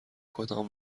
کدام